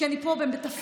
כי אני פה בתפקיד,